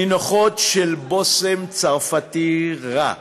ניחוחות של בושם צרפתי רע,